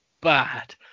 bad